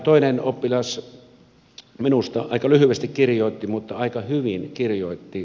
toinen oppilas minusta aika lyhyesti kirjoitti mutta aika hyvin kirjoitti